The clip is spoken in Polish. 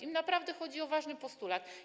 Im naprawdę chodzi o ważny postulat.